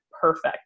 perfect